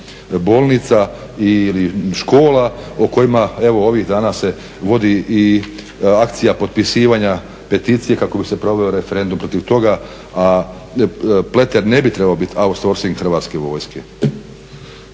bolnica ili škola o kojima evo ovih dana se vodi i akcija potpisivanja peticije kako bi se proveo referendum protiv toga, a Pleter ne bi trebao biti outsourcing Hrvatske vojske.